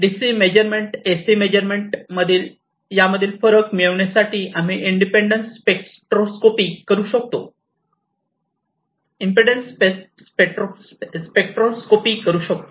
DC measurement AC measurement यामधील फरक मिळणेसाठी आम्ही इम्पेडेन्स स्पेक्ट्रोस्कोपी करू शकतो